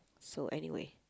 so anyway